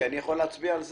אני יכול להצביע על זה?